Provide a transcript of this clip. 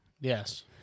Yes